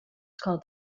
called